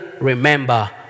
remember